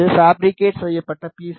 இது பாபிரிகேட் செய்யபட்ட பி